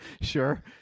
Sure